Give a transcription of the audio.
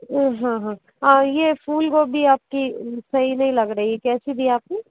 हाँ हाँ ये फूलगोभी आपकी सही नहीं लग रही कैसे दी है आपने